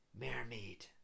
mermaid